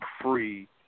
free